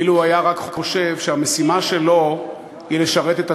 ואילו רק היה חושב שהמשימה שלו היא לשרת את הציבור.